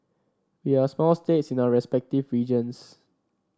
we are small states in our respective regions